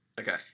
Okay